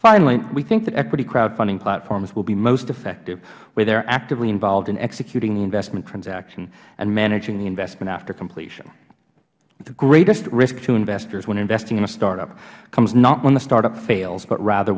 finally we think that equity crowdfunding platforms will be most effective when they are actively involved in executing the investment transaction and managing the investment after completion the greatest risk to investors when investing in a startup comes not when the startup fails but rather